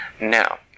Now